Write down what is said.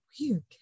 weird